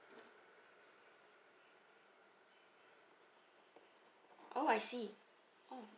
oh I see oh